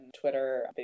Twitter